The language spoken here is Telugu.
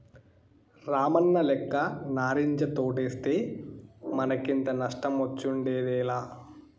రామన్నలెక్క నారింజ తోటేస్తే మనకింత నష్టమొచ్చుండేదేలా